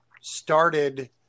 started